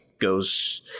goes